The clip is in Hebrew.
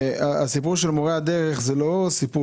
הסיפור של מורי הדרך זה לא סיפור